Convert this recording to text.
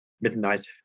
midnight